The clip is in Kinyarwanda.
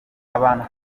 abantu